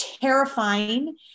Terrifying